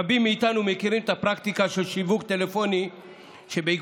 רבים מאיתנו מכירים את הפרקטיקה של שיווק טלפוני שבעקבותיו